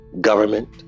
government